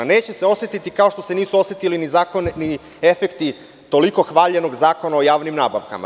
Neće se osetiti kao što se nisu osetili ni zakoni, ni efekti toliko hvaljenog Zakona o javnim nabavkama.